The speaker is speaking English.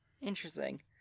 interesting